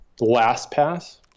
LastPass